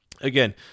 again